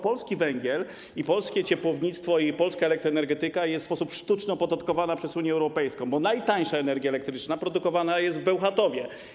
Polski węgiel, polskie ciepłownictwo i polska elektroenergetyka są w sposób sztuczny opodatkowane przez Unię Europejską, bo najtańsza energia elektryczna produkowana jest w Bełchatowie.